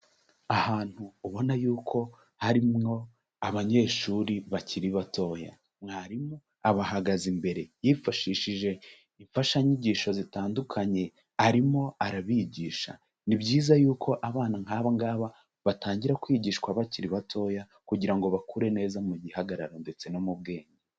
Ahantu ubona yuko harimwo abanyeshuri bakiri batoya, mwarimu abahagaze imbere yifashishije imfashanyigisho zitandukanye arimo arabigisha, ni byiza yuko abana nk'aba ngaba batangira kwigishwa bakiri batoya kugira ngo bakure neza mu gihagararo ndetse no mu bwenge.